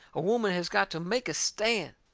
a woman has got to make a stand!